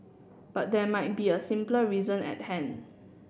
but there might be a much simpler reason at hand